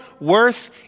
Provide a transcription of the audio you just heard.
worth